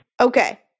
Okay